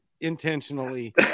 intentionally